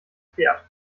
geklärt